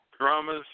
dramas